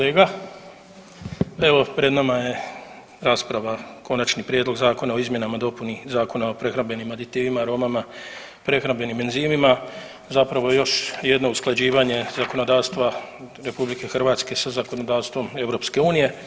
Evo pred nama je rasprava Konačni prijedlog Zakona o izmjenama i dopuni Zakona o prehrambenim aditivima, aromama i prehrambenim enzimima zapravo još jedno usklađivanje zakonodavstva RH sa zakonodavstvom EU.